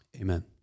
Amen